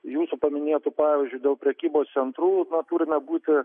jūsų paminėtu pavyzdžiu dėl prekybos centrų na turime būti